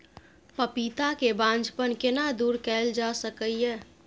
पपीता के बांझपन केना दूर कैल जा सकै ये?